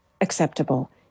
acceptable